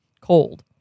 cold